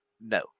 No